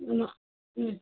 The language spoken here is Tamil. ஆமாம் ம்